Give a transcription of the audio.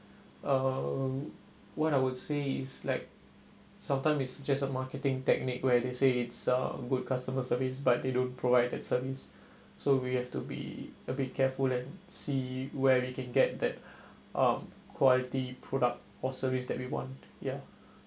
uh what I would say is like sometime is just a marketing technique where they say it's a good customer service but they don't provide that service so we have to be a bit careful and see where we can get that um quality product or service that we want ya